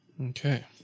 Okay